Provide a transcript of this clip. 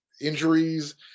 injuries